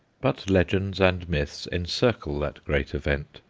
but legends and myths encircle that great event.